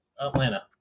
Atlanta